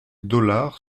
dollars